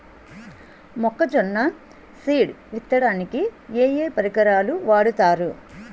మొక్కజొన్న సీడ్ విత్తడానికి ఏ ఏ పరికరాలు వాడతారు?